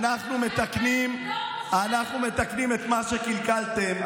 אנחנו מתקנים את מה שקלקלתם,